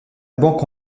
banque